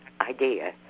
idea